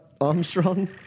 Armstrong